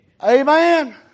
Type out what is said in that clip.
Amen